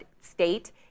state